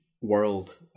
world